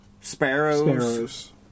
sparrows